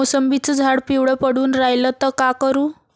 मोसंबीचं झाड पिवळं पडून रायलं त का करू?